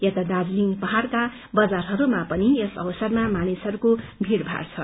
यता दार्जीलिङ पहाड़का बजारहरूमा पनि यस अवसरमा मपनिसहरूको भीइभाइ छ